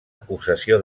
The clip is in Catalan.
acusació